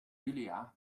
julia